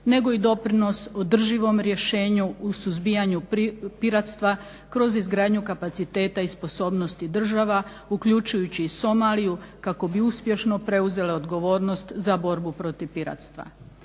nego i doprinos održivom rješenju u suzbijanju piratstva kroz izgradnju kapaciteta i sposobnosti država uključujući i Somaliju kako bi uspješno preuzele odgovornost za borbu protiv piratstva.